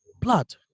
Blood